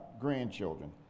grandchildren